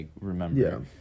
remember